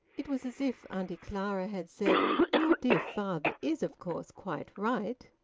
it was as if auntie clara had said your dear father is of course quite right,